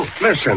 Listen